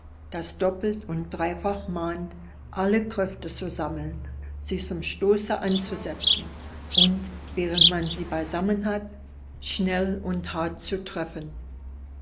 das doppelt und dreifach mahnt alle kräfte zu sammeln sie zum stoße anzusetzen und während man sie beisammen hat schnell und hart zu treffen